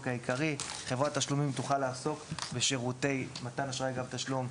חברת תשלומים תוכל לעסוק בשירותי מתן אשראי אגב תשלום,